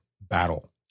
battle